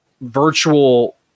virtual